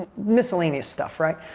miscellaneous stuff, right?